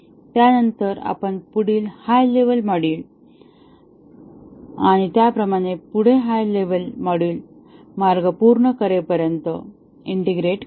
त्यानंतर आपण पुढील हाय लेव्हल मॉड्यूल आणि त्याप्रमाणे पुढे हाय लेव्हल मॉड्यूल मार्ग पूर्ण करेपर्यंत ईंटेग्रेट करतो